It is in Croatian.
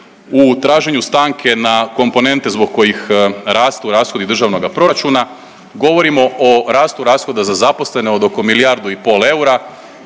u traženju stanke na komponente zbog kojih rastu rashodi državnoga proračuna, govorimo o rastu rashoda za zaposlene od oko milijardu i pol eura.